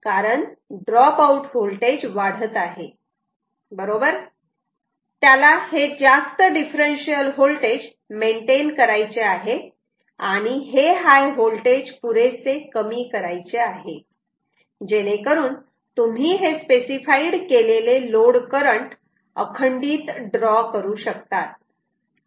कारण dropout voltage वाढत आहे बरोबर त्याला हे जास्त डिफ्फरेन्शियल व्होल्टेज मेंटेन करायचे आहेआणि हे हाय व्होल्टेज पुरेसे कमी करायचे आहे जेणेकरून तुम्ही हे स्पेसिफाईड केलेले लोड करंट अखंडित ड्रॉ करू शकतात